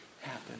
happen